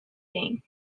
being